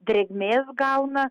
drėgmės gauna